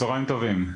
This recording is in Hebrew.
צהריים טובים.